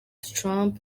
trump